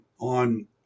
on